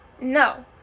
No